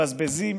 מבזבזים,